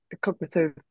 cognitive